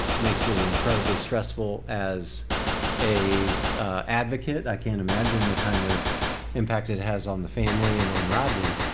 makes it incredibly stressful as a advocate. i can't imagine the kind of impact it has on the family and on rodney.